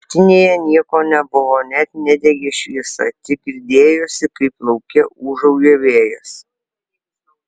laiptinėje nieko nebuvo net nedegė šviesa tik girdėjosi kaip lauke ūžauja vėjas